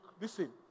listen